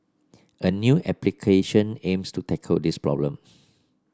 a new application aims to tackle this problem